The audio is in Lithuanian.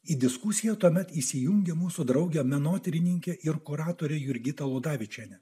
į diskusiją tuomet įsijungė mūsų draugė menotyrininkė ir kuratorė jurgita ludavičienė